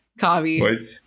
Kavi